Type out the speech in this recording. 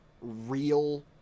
real